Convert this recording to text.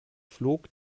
flog